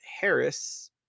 Harris